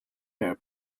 air